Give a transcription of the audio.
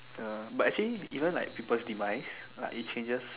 uh but actually even like people's demise like it changes